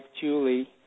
Julie